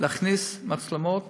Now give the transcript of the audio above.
להכניס מצלמות